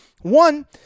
One